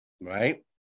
right